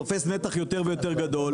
תופס נתח יותר ויותר גדול.